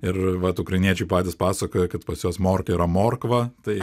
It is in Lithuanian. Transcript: ir vat ukrainiečiai patys pasakoja kad pas juos morka yra morkva tai